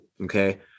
Okay